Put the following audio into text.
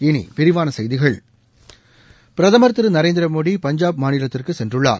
இனி விரிவான செய்திகள் பிரதமர் திரு நரேந்திர மோடி பஞ்சாப் மாநிலத்திற்கு சென்றுள்ளார்